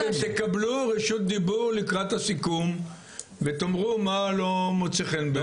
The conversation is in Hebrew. אתם תקבלו רשות דיבור לקראת הסיכום ותאמרו מה לא מוצא חן בעינכם.